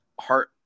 heart